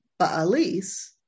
Baalis